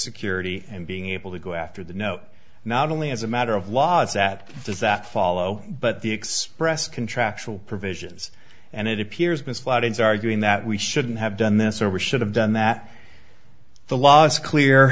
security and being able to go after the no not only as a matter of laws that does that follow but the express contractual provisions and it appears miss lott is arguing that we shouldn't have done this or we should have done that the law is clear